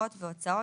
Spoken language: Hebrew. אגרות והוצאות,